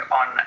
on